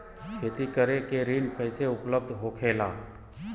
खेती करे के ऋण कैसे उपलब्ध होखेला?